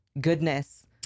goodness